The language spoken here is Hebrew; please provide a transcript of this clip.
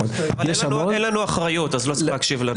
אין לנו אחריות אז לא צריך להקשיב לנו.